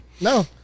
No